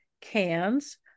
cans